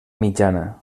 mitjana